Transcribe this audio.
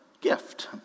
gift